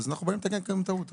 אז אנחנו באים לתקן כאן טעות.